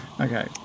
Okay